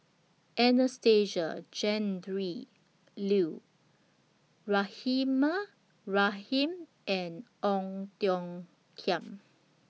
Anastasia Tjendri Liew Rahimah Rahim and Ong Tiong Khiam